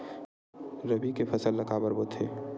रबी के फसल ला काबर बोथे?